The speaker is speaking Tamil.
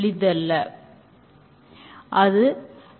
எiஐல் மாடல்தான் இங்கு பொருத்தமானது